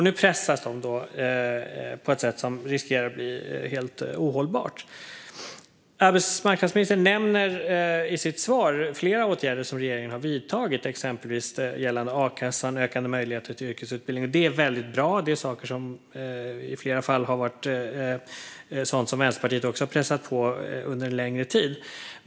Nu pressas de på ett sätt som riskerar att bli helt ohållbart. Arbetsmarknadsministern nämner i sitt svar flera åtgärder som regeringen har vidtagit, exempelvis gällande a-kassan och ökade möjligheter till yrkesutbildning. Det är väldigt bra, och det är saker som Vänsterpartiet också har pressat på om under en längre tid.